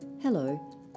Hello